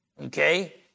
okay